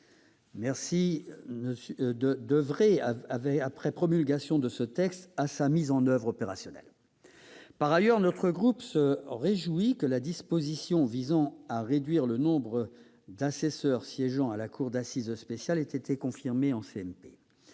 d'oeuvrer après promulgation de ce texte à sa mise en place opérationnelle. Par ailleurs, notre groupe se réjouit que la disposition visant à réduire le nombre d'assesseurs siégeant à la cour d'assises spéciale ait été confirmée par